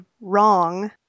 wrong